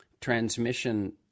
transmission